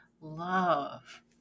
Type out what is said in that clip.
love